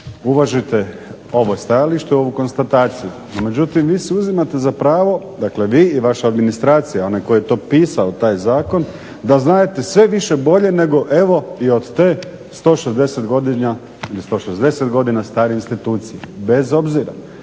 uvažite ovo stajalište u ovu konstataciju. No međutim, vi si uzimate za pravo, dakle vi i vaša administracija onaj tko je to pisao taj zakon, da znadete sve više i bolje nego evo i od te 160 godina stare institucije. Bez obzira